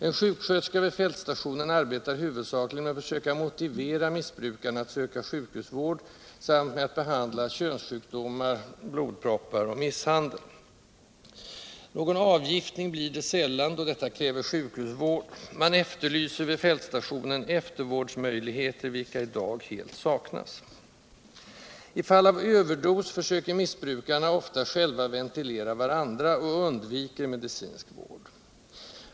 En sjuksköterska vid fältstationen arbetar huvudsakligen med att försöka motivera missbrukarna att söka sjukhusvård samt med att behandla könssjukdomar, blodproppar och sviter av misshandel. Någon avgiftning blir det sällan, då detta kräver sjukhusvård. Man efterlyser vid fältstationen eftervårdsmöjligheter, vilka i dag helt saknas. I fall av överdos försöker missbrukarna ofta själva ventilera varandra, och undviker medicinsk vård.